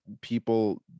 people